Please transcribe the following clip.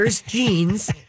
jeans